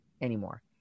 anymore